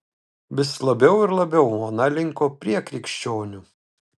vis labiau ir labiau ona linko prie krikščionių